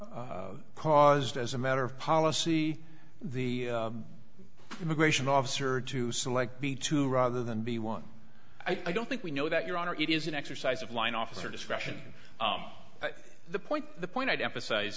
that caused as a matter of policy the immigration officer to select b to rather than be one i don't think we know that your honor it is an exercise of line officer discretion but the point the point i'd emphasize